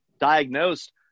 diagnosed